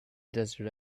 desert